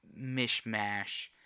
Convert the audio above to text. mishmash